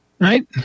right